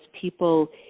people